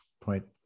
point